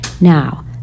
Now